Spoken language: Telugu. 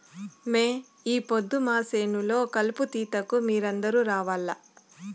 మే ఈ పొద్దు మా చేను లో కలుపు తీతకు మీరందరూ రావాల్లా